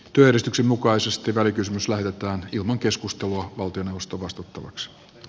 työjärjestyksen mukaisesti välikysymys lähetetään keskustelutta valtioneuvostolle vastattavaksi